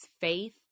faith